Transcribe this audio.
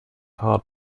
heart